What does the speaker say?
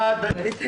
פה אחד.